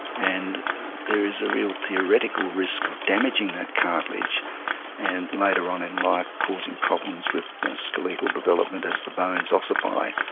and there is a real theoretical risk of damaging that cartilage and later on in life causing problems with skeletal development as the bones ossify,